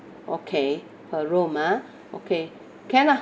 okay per room ah okay can lah